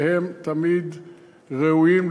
שהם תמיד ראויים,